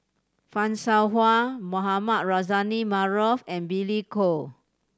Fan Shao Hua Mohamed Rozani Maarof and Billy Koh